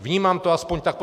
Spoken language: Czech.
Vnímám to aspoň tak.